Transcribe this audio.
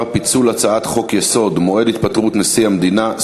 פיצול הצעת חוק-יסוד: מועד התפטרות נשיא המדינה,